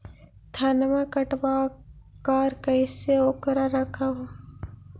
धनमा कटबाकार कैसे उकरा रख हू?